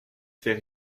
fait